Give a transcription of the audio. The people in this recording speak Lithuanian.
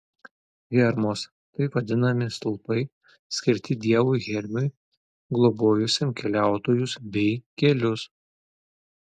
hermos taip vadinami stulpai skirti dievui hermiui globojusiam keliautojus bei kelius